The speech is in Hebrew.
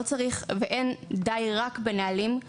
אין דיי רק בנהלים.